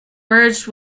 merged